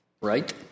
Right